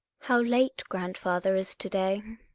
how late grandfather is to-day.